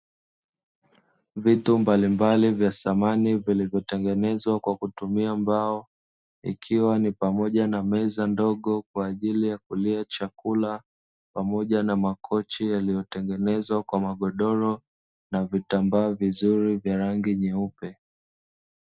Vitu mbalimbali vya samani vilivyotengenezwa kwa kutumia mbao ikiwa ni pamoja na meza ndogo, kwa ajili ya kulia chakula pamoja na makochi yaliyotengenezwa kwa magodoro, na vitambaa vizuri vya rangi nyeupe.